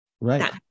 right